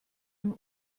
ihm